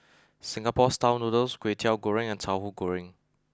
Singapore Style Noodles Kwetiau Goreng and Tahu Goreng